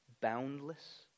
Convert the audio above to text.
Boundless